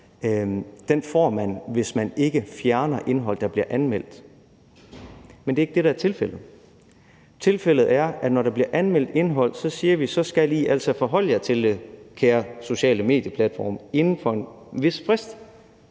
kunne mærkes – hvis man ikke fjerner indhold, der bliver anmeldt. Men det er ikke det, der er tilfældet. Tilfældet er, at når der bliver anmeldt noget indhold, siger vi: Så skal I altså forholde jer til det, kære sociale medieplatforme, inden for en vis frist,